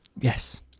Yes